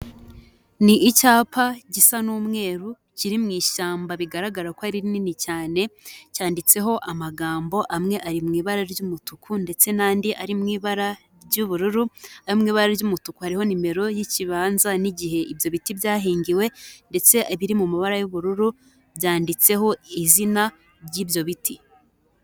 Ni icyapa gisa n'umweru kiri mu ishyamba bigaragara ko ari rinini cyane, cyanditseho amagambo amwe ari mu ibara ry'umutuku, ndetse n'andi ari mu ibara ry'ubururu, ari mu ibara ry'umutuku hari nimero y'ikibanza n'igihe ibyo biti byahingiwe, ndetse ibiri mu mabara y'ubururu byanditseho izina ry'ibyo biti.